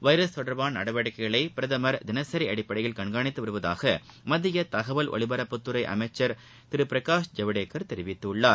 virus தொடர்பான நடவடிக்கைகளை பிரதமர் தினசி அடிப்படையில் கண்காணித்து வருவதாக மத்திய தகவல் ஒலிபரப்புத்துறை அமைச்சள் திரு பிரகாஷ் ஜவடேக்கள் தெரிவித்துள்ளார்